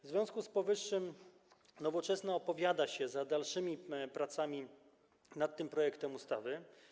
W związku z powyższym Nowoczesna opowiada się za dalszymi pracami nad tym projektem ustawy.